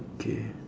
okay